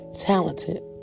talented